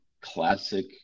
classic